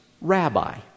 rabbi